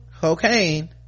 cocaine